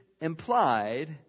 implied